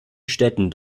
städten